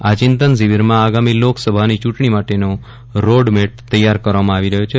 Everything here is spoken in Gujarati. આ ચિંતન શિબિરમાં આગામી લોકસભાની ચૂંટણી માટેનો રોડમેપ તે ેયાર કરવામાં આવશે